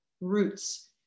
roots